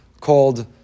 called